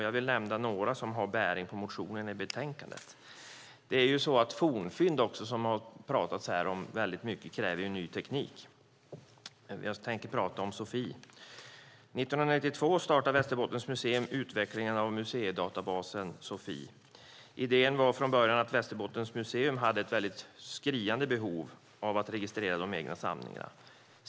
Jag vill nämna några som har bäring på motionen som behandlas i betänkandet. Fornfynd, som det talats om i kväll, kräver ny teknik, och jag tänkte därför tala om Sofie. År 1992 startade Västerbottens museum utvecklingen av museidatabasen Sofie. Idén var från början att Västerbottens museum hade ett skriande behov av att registrera de egna samlingarna.